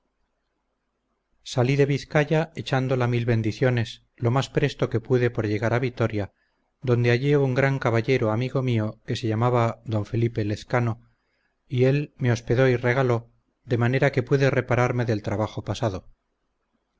salí de vizcaya echándola mil bendiciones lo más presto que pude por llegar a vitoria donde hallé un gran caballero amigo mío que se llamaba d felipe lezcano y él me hospedó y regaló de manera que pude repararme del trabajo pasado